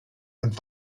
und